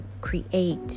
create